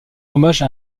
hommage